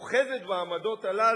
אוחזת בעמדות הללו?